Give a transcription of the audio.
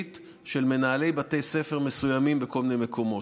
של מנהלי בתי ספר מסוימים בכל מיני מקומות,